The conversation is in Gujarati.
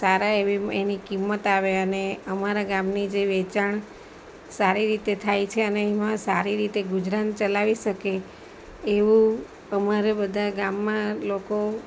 સારા એવી એની કિંમત આવે અને અમારા ગામની જે વેચાણ સારી રીતે થાય છે અને એમાં સારી રીતે ગુજરાન ચલાવી શકે એવું અમારે બધા ગામમાં લોકો